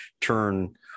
turn